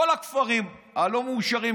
כל הכפרים הלא-מאושרים,